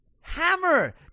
Hammer